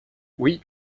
oui